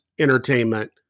entertainment